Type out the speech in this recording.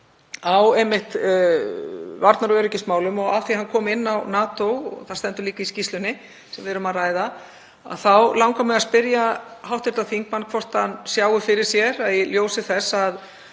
þekkingu á varnar- og öryggismálum og af því að hann kom inn á NATO, það stendur líka í skýrslunni sem við erum að ræða, langar mig að spyrja hv. þingmann hvort hann sjái fyrir sér — í ljósi þess að